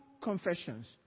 confessions